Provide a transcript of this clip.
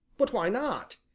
but why not?